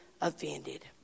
offended